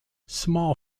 small